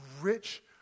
rich